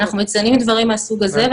אנחנו מציינים דברים מהסוג הזה,